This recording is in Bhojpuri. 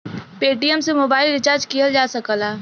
पेटीएम से मोबाइल रिचार्ज किहल जा सकला